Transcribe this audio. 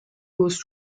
goes